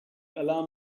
alarm